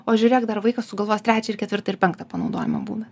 o žiūrėk dar vaikas sugalvos trečią ir ketvirtą ir penktą panaudojimo būdą